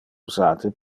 usate